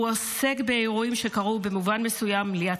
הוא עוסק באירועים שקרו במובן מסוים לי עצמי.